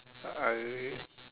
I